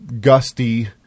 gusty